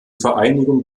vereinigung